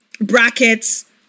brackets